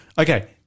okay